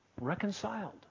reconciled